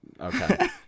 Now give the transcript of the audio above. Okay